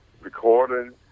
recording